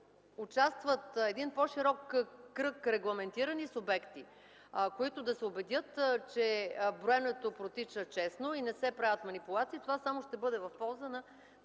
участват един по-широк кръг регламентирани субекти, които да се убедят, че броенето протича честно и не се правят манипулации, това само ще бъде в полза на